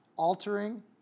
altering